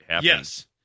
yes